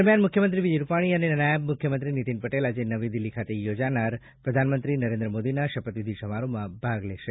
દરમિયાન મુખ્યમંત્રી વિજય રૂપાણી અને નાયબ મુખ્યમંત્રી નીતિન પટેલ આજે નવી દિલ્હી ખાતે યોજાનારા પદનામિત પ્રધાનમંત્રી નરેન્દ્ર મોદીના શપથવિધિ સમારોહમાં ભાગ લેશે